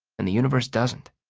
and the universe doesn't.